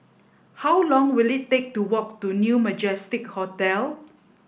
how long will it take to walk to New Majestic Hotel